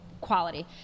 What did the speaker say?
quality